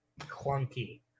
clunky